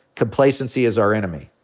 complacency is our enemy.